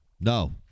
No